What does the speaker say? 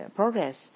progress